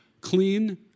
clean